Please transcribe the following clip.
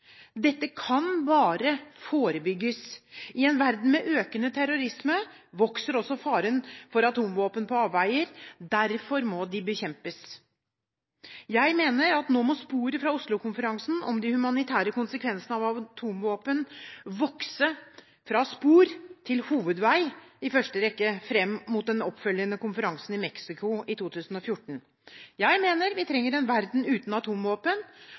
Dette kan bare forebygges. I en verden med økende terrorisme vokser også faren for atomvåpen på avveie, og derfor må de bekjempes. Jeg mener at sporet fra Oslo-konferansen om de humanitære konsekvensene av atomvåpen nå må vokse fra spor til hovedvei, i første rekke fram mot den oppfølgende konferansen i Mexico i 2014. Jeg mener vi trenger en verden uten atomvåpen.